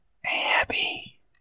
Happy